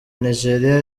nigeriya